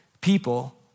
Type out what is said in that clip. people